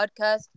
podcast